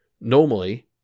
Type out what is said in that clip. Normally